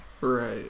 Right